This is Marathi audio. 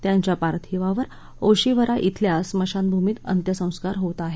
त्यांच्या पार्थिवावर ओशिवरा डिल्या स्मशानभूमित अंत्यसंस्कार होत आहेत